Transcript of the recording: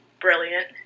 brilliant